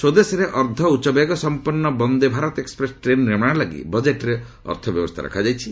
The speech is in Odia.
ସ୍ୱଦେଶରେ ଅର୍ଦ୍ଧ ଉଚ୍ଚବେଗ ସମ୍ପନ୍ନ ବନ୍ଦେ ଭାରତ ଏକ୍ୱପ୍ରେସ୍ ଟ୍ରେନ୍ ନିର୍ମାଣ ଲାଗି ବଜେଟ୍ରେ ଅର୍ଥ ବ୍ୟବସ୍ଥା ରଖାଯାଇଛି